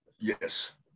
yes